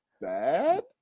bad